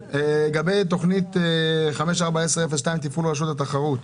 לגבי תוכנית 541002, תפעול רשות התחרות.